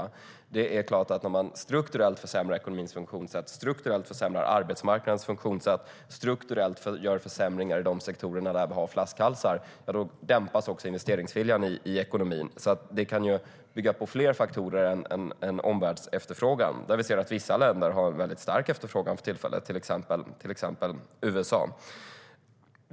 Det är klart att investeringsviljan i ekonomin dämpas om man strukturellt försämrar ekonomins funktionssätt, strukturellt försämrar arbetsmarknadens funktionssätt och strukturellt gör försämringar i de sektorer där vi har flaskhalsar. Det kan alltså bygga på fler faktorer än omvärldsefterfrågan. Vi ser att vissa länder har väldigt stark efterfrågan för tillfället, till exempel USA.